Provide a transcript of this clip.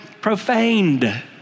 profaned